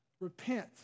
repent